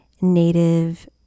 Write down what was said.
native